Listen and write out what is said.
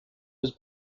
was